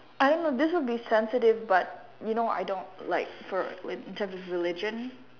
I'm a this will be sensitive but you know I don't like for which type of religion